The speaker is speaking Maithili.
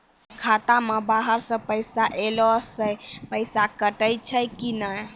खाता मे बाहर से पैसा ऐलो से पैसा कटै छै कि नै?